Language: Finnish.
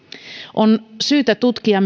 on syytä tutkia